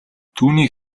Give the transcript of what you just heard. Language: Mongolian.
түүнийг